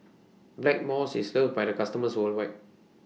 Blackmores IS loved By its customers worldwide